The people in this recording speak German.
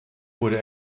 wurde